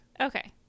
Okay